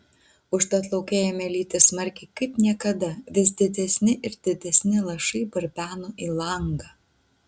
užtat lauke ėmė lyti smarkiai kaip niekada vis didesni ir didesni lašai barbeno į langą